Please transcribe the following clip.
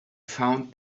found